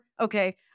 okay